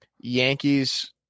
Yankees